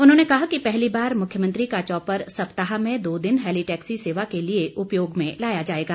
उन्होंने कहा कि पहली बार मुख्यमंत्री का चौपर सप्ताह में दो दिन हैलीटैक्सी सेवा के लिए उपयोग में लाया जाएगा